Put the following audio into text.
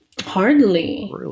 Hardly